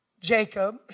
Jacob